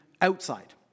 outside